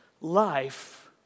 life